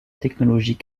technologie